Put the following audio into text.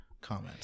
comment